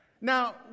Now